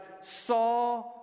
saw